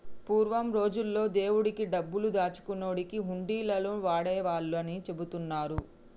పూర్వం రోజుల్లో దేవుడి డబ్బులు దాచుకునేకి హుండీలను వాడేవాళ్ళని చెబుతున్నరు